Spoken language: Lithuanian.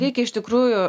reikia iš tikrųjų